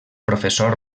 professor